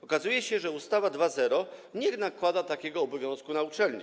Okazuje się, że ustawa 2.0 nie nakłada takiego obowiązku na uczelnię.